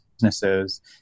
businesses